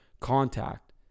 contact